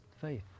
faith